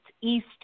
east